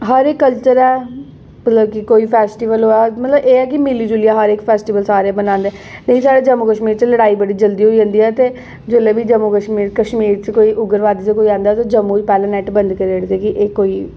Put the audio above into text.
हर इक कल्चर ऐ मतलब कि कोई फैस्टीवल होऐ मतलब कि मिली जुलियै सारे मतलब फैस्टीवल बनांदे ते साढ़े जम्मू कश्मीर च लड़ाई बड़ी जल्दी होई जंदी ऐ ते जेल्लै बी जम्मू कश्मीर कश्मीर च कोई उग्रवादी च कोई औंदा ते जम्मू च पैह्लें नैट्ट बंद करी ओड़दे कि एह् कोई